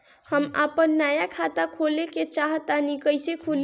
हम आपन नया खाता खोले के चाह तानि कइसे खुलि?